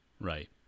right